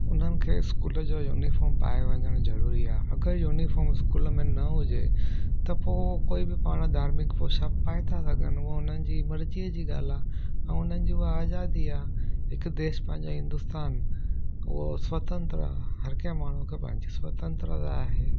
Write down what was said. उन्हनि खे इस्कूल जो यूनिफॉर्म पाए वञणु ज़रूरी आहे अगरि यूनिफॉर्म इस्कूल में न हुजे त पोइ कोई बि पाण धार्मिक पोशाक पाए था सघनि उहो उन्हनि जी मर्ज़ीअ जी ॻाल्हि आहे ऐं उन्हनि जो आज़ादी आहे हिकु देश पंहिंजो हिंदुस्तान उहो स्वतंत्र आहे हर कंहिं माण्हू खे पंहिंजी स्वतंत्रता आहे